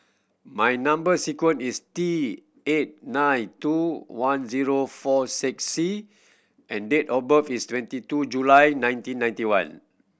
my number sequence is T eight nine two one zero four six C and date of birth is twenty two July nineteen ninety one